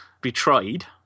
betrayed